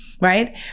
Right